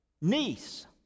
niece